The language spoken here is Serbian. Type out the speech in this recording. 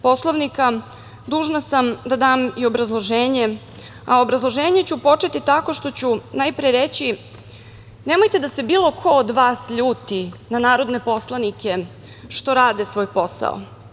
Poslovnika, dužna sam da dam i obrazloženje, a obrazloženje ću početi tako što ću najpre reći – nemojte da se bilo ko od vas ljuti na narodne poslanike što rade svoj posao.